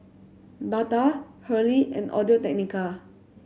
Bata Hurley and Audio Technica